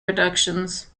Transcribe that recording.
reductions